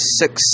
six